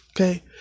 okay